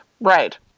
Right